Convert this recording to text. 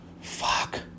Fuck